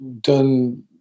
done